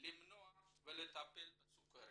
למנוע ולטפל בסוכרת.